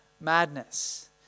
madness